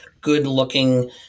good-looking